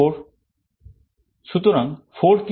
4 সুতরাং 4 কি